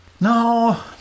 No